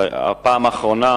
בפעם האחרונה